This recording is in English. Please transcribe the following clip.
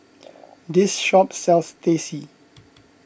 this shop sells Teh C